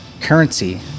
currency